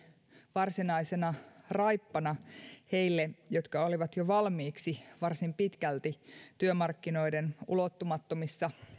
varsinaisena raippana heille jotka olivat jo valmiiksi varsin pitkälti työmarkkinoiden ulottumattomissa